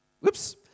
Whoops